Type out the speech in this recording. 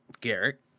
Garrett